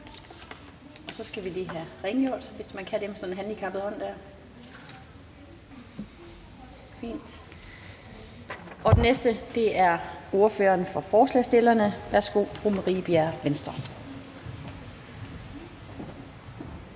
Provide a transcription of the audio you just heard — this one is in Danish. Så skal vi lige have rengjort, hvis man kan det med sådan en beskadiget hånd. Fint, tak. Den næste er ordføreren for forslagsstillerne. Værsgo til fru Marie Bjerre, Venstre.